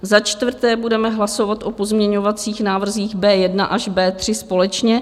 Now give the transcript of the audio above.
Za čtvrté budeme hlasovat o pozměňovacích návrzích B1 až B3 společně.